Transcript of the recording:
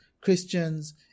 Christians